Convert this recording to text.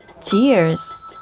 tears